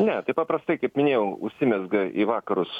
ne tai paprastai kaip minėjau užsimezga į vakarus